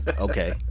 okay